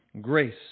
grace